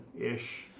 ish